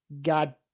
God